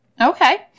Okay